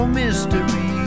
mystery